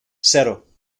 zero